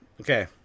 Okay